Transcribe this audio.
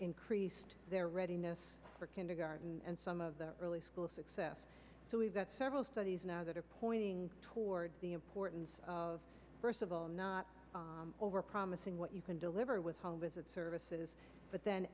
increased their readiness for kindergarten and some of the early school success so we've got several studies now that are pointing towards the importance of first of all not over promising what you can deliver with home visits services but then